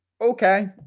Okay